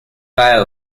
bio